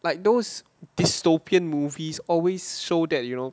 like those dystopian movies always show that you know